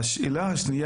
שתיים,